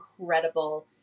incredible